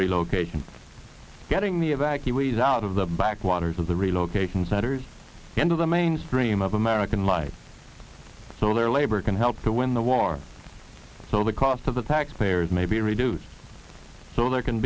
relocation getting the evacuees out of the backwaters of the relocation centers into the mainstream of american life so their labor can help to win the war so the cost to the taxpayers may be reduced so there can